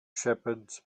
shepherds